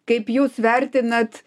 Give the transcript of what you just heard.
kaip jūs vertinat